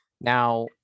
Now